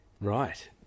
Right